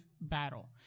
battle